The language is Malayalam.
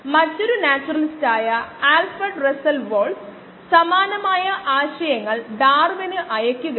strategies for creative problem solving എന്നതാണ് പുസ്തകത്തിന്റെ ശീർഷകം